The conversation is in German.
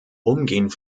umgehend